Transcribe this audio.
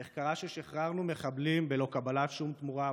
איך קרה ששחררנו מחבלים בלא קבלת שום תמורה עבורם?